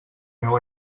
meu